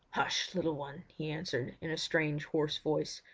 hush! little one he answered, in a strange, hoarse voice.